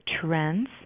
trends